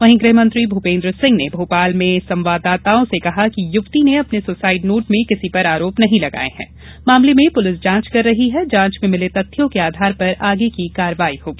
वहीं गृह मंत्री भूपेंद्र सिंह ने भोपाल में संवाददाताओं से कहा कि युवती ने अपने सुसाइड नोट में किसी पर आरोप नहीं लगाए हैं मामले में पुलिस जांच कर रही है जांच में मिले तथ्यों के आघार पर आगे की कार्यवाही होगी